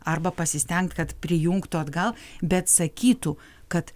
arba pasistengt kad prijungtų atgal bet sakytų kad